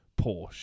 Porsche